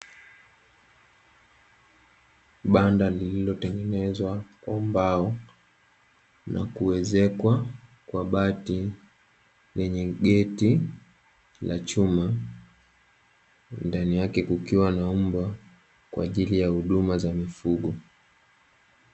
Banda lililotengenezwa kwa mbao na kuezekwa kwa bati lenye geti la chuma, ndani yake kukiwa na nyumba kwa ajili ya huduma za mifugo.